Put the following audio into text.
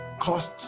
costs